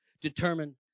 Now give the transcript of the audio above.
determine